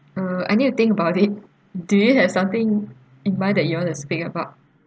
uh I need to think about it do you have something in mind that you want to speak about